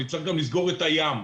אני צריך גם לסגור את הים,